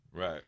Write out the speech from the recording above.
Right